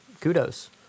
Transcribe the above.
kudos